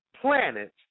planets